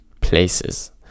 places